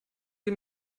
sie